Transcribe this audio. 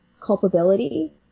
culpability